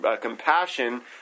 compassion